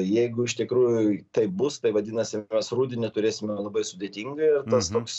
jeigu iš tikrųjų taip bus tai vadinasi mes rudenį turėsime labai sudėtingą ir tas toks